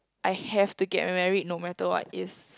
I have to get married no matter what is